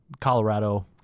Colorado